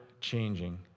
changing